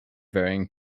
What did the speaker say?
varying